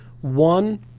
One